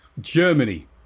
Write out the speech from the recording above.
Germany